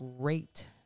great